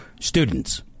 students